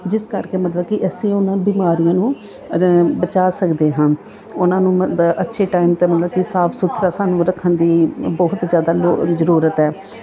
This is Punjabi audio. ਜਿਸ ਕਰਕੇ ਮਤਲਬ ਕਿ ਅਸੀਂ ਉਹਨਾਂ ਬਿਮਾਰੀਆਂ ਨੂੰ ਬਚਾਅ ਸਕਦੇ ਹਾਂ ਉਹਨਾਂ ਨੂੰ ਮਦ ਅੱਛੇ ਟਾਈਮ 'ਤੇ ਮਤਲਬ ਕਿ ਸਾਫ ਸੁਥਰਾ ਸਾਨੂੰ ਰੱਖਣ ਦੀ ਬਹੁਤ ਜ਼ਿਆਦਾ ਨੋ ਜ਼ਰੂਰਤ ਹੈ